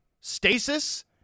stasis